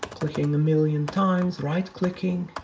clicking a million times, right clicking,